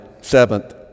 seventh